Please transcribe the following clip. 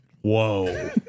Whoa